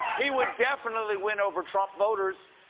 he would definitely win over trump voters.